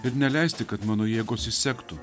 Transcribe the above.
ir neleisti kad mano jėgos išsektų